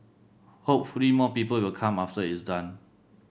hopefully more people will come after it's done